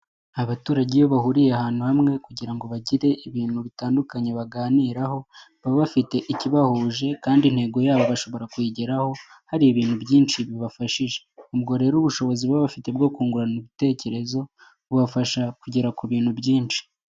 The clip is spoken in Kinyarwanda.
Abaturage iyo bahuriye ahantu hamwe kugira ngo bagire ibintu bitandukanye baganiraho. Baba bafite ikibahuje kandi intego yabo bashobora kuyigeraho, hari ibintu byinshi bibafashije. Ubwo rero ubushobozi baba bafite bwo kungurana ibitekerezo bubafasha kugera ku bintu byinshi.